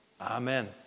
Amen